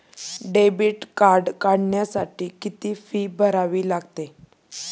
Debit card काढण्यासाठी किती fee भरावी लागते?